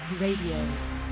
Radio